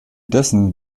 dessen